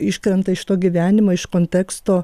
iškrenta iš to gyvenimo iš konteksto